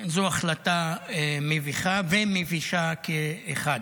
זו החלטה מביכה ומבישה כאחד.